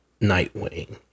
Nightwing